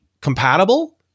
compatible